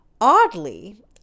Oddly